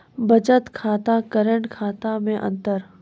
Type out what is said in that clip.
बचत खाता करेंट खाता मे अंतर?